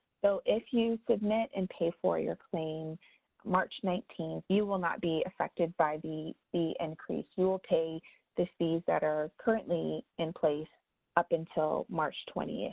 so, if you submit and pay for your claim march nineteen, you will not be affected by the increase. you will pay the fees that are currently in place up until march twenty,